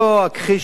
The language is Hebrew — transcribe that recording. לא אכחיש,